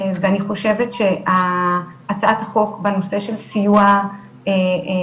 ואני חושבת שהצעת החוק בנושא של סיוע משפטי,